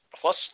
plus